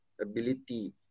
ability